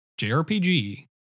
JRPG